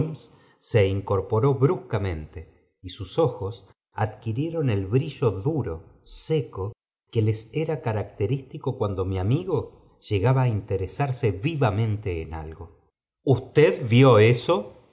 se incorporó bruscameny sus ojos adquirieron el brillo duro seco que era característico cuando mi amigo llegaba a interesarse vivamente en algo e usted vió eso